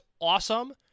awesome